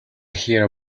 hear